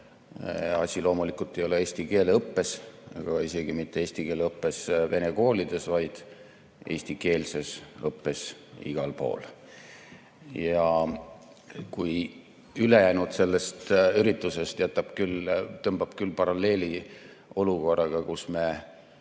Asi loomulikult ei ole eesti keele õppes ega isegi mitte eesti keele õppes vene koolides, vaid eestikeelses õppes igal pool. Ülejäänu sellest üritusest tõmbab küll paralleeli olukorraga, kus meil